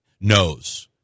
knows